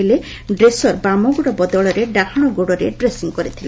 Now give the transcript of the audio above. ହେଲେ ଡ୍ରେସର ରୋଗୀଙ୍କ ବାମ ଗୋଡ଼ ବଦଳରେ ଡାହାଶ ଗୋଡ଼ରେ ଡ୍ରେସିଂ କରିଥିଲେ